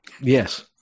Yes